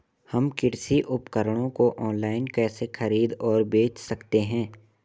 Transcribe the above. हम कृषि उपकरणों को ऑनलाइन कैसे खरीद और बेच सकते हैं?